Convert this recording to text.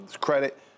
credit